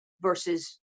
versus